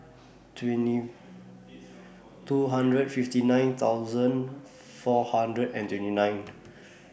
twenty two hundred fifty nine thousand four hundred and twenty nine